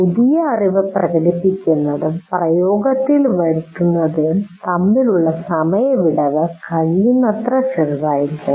പുതിയ അറിവ് പ്രകടിപ്പിക്കുന്നതും പ്രയോഗത്തിൽ വരുത്തുന്നതും തമ്മിലുള്ള സമയ വിടവ് കഴിയുന്നത്ര ചെറുതായിരിക്കണം